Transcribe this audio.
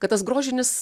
kad tas grožinis